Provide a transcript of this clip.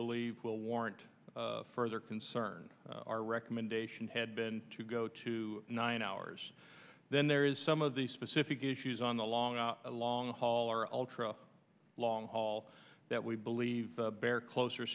believe will warrant further concern our recommendation had been to go to nine hours then there is some of the specific issues on the long long haul or ultra long haul that we believe bear closer